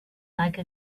like